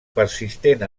persistent